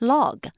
Log